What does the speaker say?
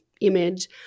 image